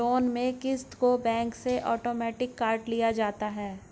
loan में क़िस्त को बैंक से आटोमेटिक काट लिया जाता है